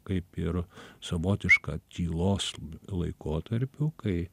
kaip ir savotiška tylos laikotarpiu kai